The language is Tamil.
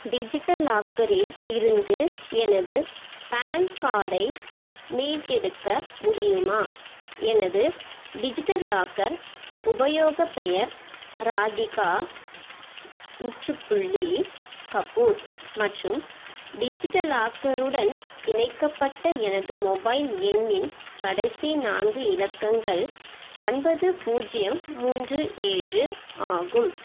டிஜிட்டல் லாக்கரில் இருந்து எனது பேன் கார்டை மீட்டெடுக்க முடியுமா எனது டிஜிட்டல் லாக்கர் உபயோக பெயர் ராதிகா முற்றுப்புள்ளி கப்பூர் மற்றும் டிஜிட்டல் லாக்கருடன் இணைக்கப்பட்ட எனது மொபைல் எண்ணின் கடைசி நான்கு இலக்கங்கள் ஒன்பது பூஜ்ஜியம் மூன்று ஏழு ஆகும்